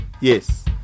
Yes